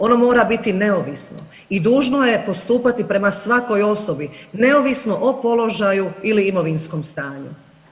Ono mora biti neovisno i dužno je postupati prema svakoj osobi neovisno o položaju ili imovinskom stanju.